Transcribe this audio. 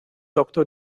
doktor